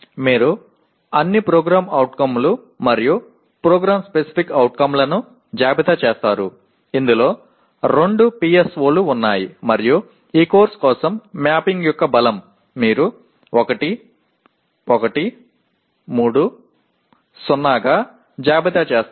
మీరు అన్ని PO లు మరియు PSO లను జాబితా చేస్తారు ఇందులో 2 PSO లు ఉన్నాయి మరియు ఈ కోర్సు కోసం మ్యాపింగ్ యొక్క బలం మీరు 1 1 3 0 గా జాబితా చేస్తారు